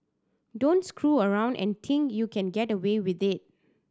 don't screw around and think you can get away with it